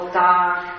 dark